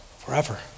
Forever